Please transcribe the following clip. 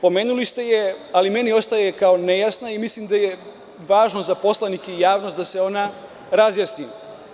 Pomenuli ste je, ali meni ostaje kao nejasna i mislim da je važno za poslanike i javnost da se ona razjasni.